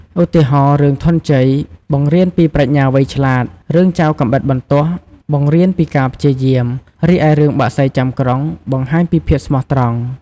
ឧទាហរណ៍ រឿងធនញ្ជ័យបង្រៀនពីប្រាជ្ញាវៃឆ្លាត រឿងចៅកាំបិតបន្ទោះបង្រៀនពីការព្យាយាម រីឯរឿងបក្សីចាំក្រុងបង្ហាញពីភាពស្មោះត្រង់។